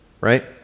right